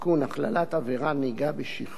הכללת עבירת נהיגה בשכרות),